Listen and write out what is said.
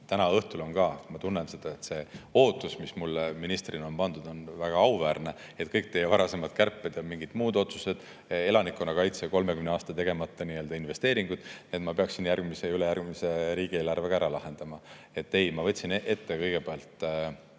Täna õhtul on ka, ma tunnen seda, see ootus, mis mulle ministrina on pandud, väga auväärne, et kõik teie varasemad kärped ja mingid muud otsused, elanikkonnakaitse ja 30 aasta tegemata investeeringud, ma peaksin järgmise ja ülejärgmise riigieelarvega ära lahendama. Ei, ma võtsin ette kõigepealt